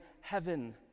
heaven